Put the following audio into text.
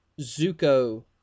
Zuko